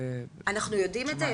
אנחנו יודעים את זה?